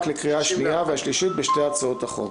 לקריאה השנייה והשלישית בשתי הצעות החוק.